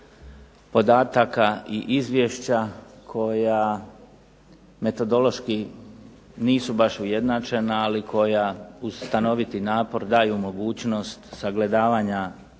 podataka i izvješća koja metodološki nisu baš ujednačena, ali koja uz stanoviti napor daju mogućnost sagledavanja